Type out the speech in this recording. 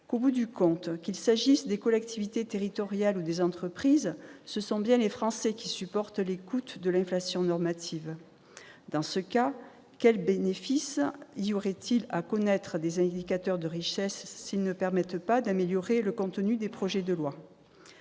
au bout du compte, qu'il s'agisse des collectivités territoriales ou des entreprises, ce sont bien les Français qui supportent les coûts de l'inflation normative ? Dans ces conditions, quel bénéfice y aurait-il à prendre en compte des indicateurs de richesse si cela ne permet pas d'améliorer le contenu des projets de loi ?